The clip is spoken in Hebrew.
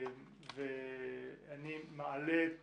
אני מעלה את